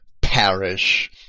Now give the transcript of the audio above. parish